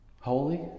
Holy